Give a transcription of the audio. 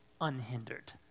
unhindered